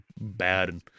bad